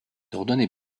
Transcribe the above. ordonné